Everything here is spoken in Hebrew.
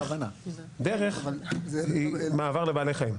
דרך היא מעבר לבעלי חיים.